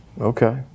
okay